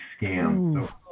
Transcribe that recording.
scam